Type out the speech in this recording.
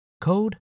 code